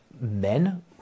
men